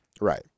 Right